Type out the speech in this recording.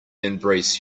embrace